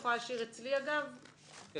אני